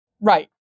Right